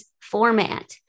format